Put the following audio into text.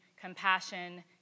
compassion